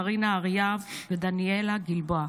קרינה ארייב ודניאלה גלבוע.